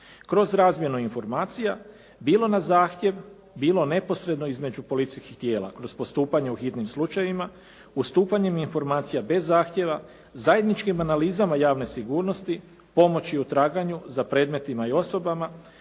Kroz razmjenu informacija bilo na zahtjev, bilo neposredno između policijskih tijela kroz postupanje u hitnim slučajevima, ustupanjem informacija bez zahtjeva, zajedničkim analizama javne sigurnosti, pomoći u traganju za predmetima i osobama,